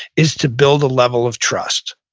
is to build a level of trust.